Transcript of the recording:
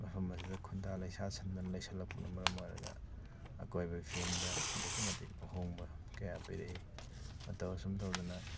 ꯃꯐꯝ ꯑꯁꯤꯗ ꯈꯨꯟꯗꯥ ꯂꯩꯁꯥꯁꯟꯗꯨꯅ ꯂꯩꯁꯜꯂꯛꯄꯅ ꯃꯔꯝ ꯑꯣꯏꯔꯒ ꯑꯀꯣꯏꯕꯒꯤ ꯐꯤꯕꯝꯗ ꯑꯗꯨꯛꯀꯤ ꯃꯇꯤꯛ ꯑꯍꯣꯡꯕ ꯀꯌꯥ ꯄꯤꯔꯛꯏ ꯃꯇꯧ ꯑꯁꯨꯝ ꯇꯧꯗꯅ